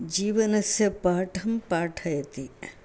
जीवनस्य पाठं पाठयति